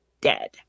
dead